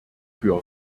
für